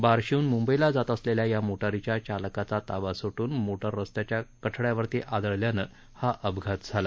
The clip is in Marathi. बार्शीहून म्ंबईला जात असलेल्या या मोटारीच्या चालकाचा ताबा सुटून मोटार रस्त्याच्या कठड्यावर आदळल्यानं हा अपघात झाला